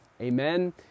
Amen